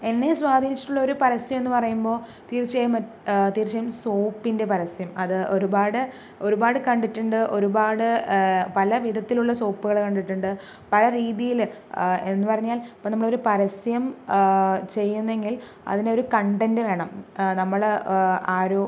എന്നെ സ്വാധീനിച്ചിട്ടുള്ള ഒരു പരസ്യം എന്ന് പറയുമ്പോൾ തീർച്ചയായും മറ്റ് തീർച്ചയായും സോപ്പിൻ്റെ പരസ്യം അത് ഒരുപാട് ഒരുപാട് കണ്ടിട്ടുണ്ട് ഒരുപാട് പല വിധത്തിലുള്ള സോപ്പുകള് കണ്ടിട്ടുണ്ട് പല രീതിയില് എന്ന് പറഞ്ഞാൽ ഇപ്പോൾ നമ്മളൊരു പരസ്യം ചെയ്യുന്നെങ്കിൽ അതിന് ഒരു കണ്ടന്റ് വേണം നമ്മള് ആരോ